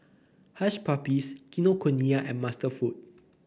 Hush Puppies Kinokuniya and Master Foods